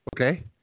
Okay